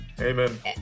Amen